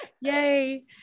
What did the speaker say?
Yay